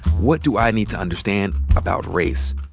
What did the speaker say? what do i need to understand about race,